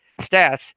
stats